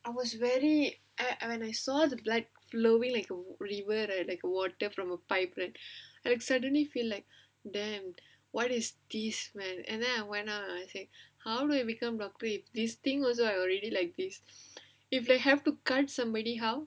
I was very I I when I saw the blood flowing llike a river right like water from a pipe right I suddenly feel like damned what is this man and then I went out and I say how do I become doctor if this thing also I already like this if they have to cut somebody how